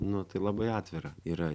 nu tai labai atvira yra